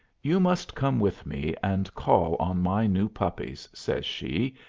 you must come with me and call on my new puppies, says she,